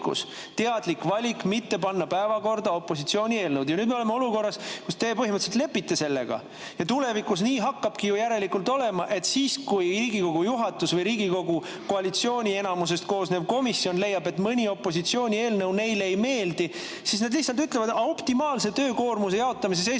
teadlik valik: mitte panna päevakorda opositsiooni eelnõusid. Ja nüüd me oleme olukorras, kus teie põhimõtteliselt lepite sellega. Aga tulevikus järelikult ju nii hakkabki olema, et siis, kui Riigikogu juhatus või Riigikogu koalitsiooni enamusest koosnev komisjon leiab, et mõni opositsiooni eelnõu neile ei meeldi, nad lihtsalt ütlevad, et optimaalse töökoormuse jaotamise seisukohalt